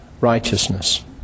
righteousness